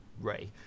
Ray